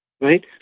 Right